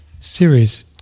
series